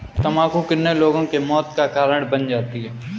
तम्बाकू कितने लोगों के मौत का कारण बन जाती है